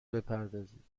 بپردازید